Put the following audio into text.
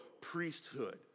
priesthood